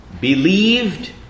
believed